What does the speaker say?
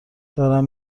دارم